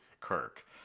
Kirk